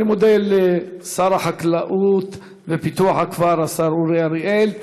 אני מודה לשר החקלאות ופיתוח הכפר אורי אריאל.